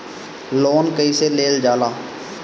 Loan कईसे लेल जाला?